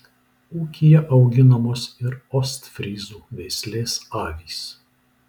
ūkyje auginamos ir ostfryzų veislės avys